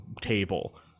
table